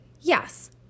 Yes